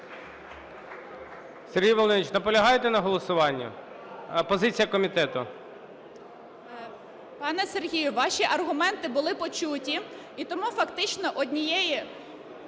Сергій Володимирович, наполягаєте на голосуванні? Позиція комітету.